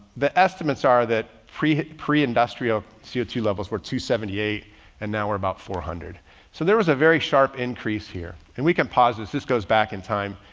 the estimates are that pre pre-industrial c o two levels were two seventy eight and now we're about four hundred. so there was a very sharp increase here. and we can pause this. this goes back in time.